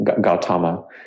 Gautama